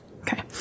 Okay